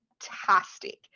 fantastic